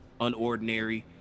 unordinary